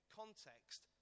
context